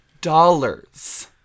dollars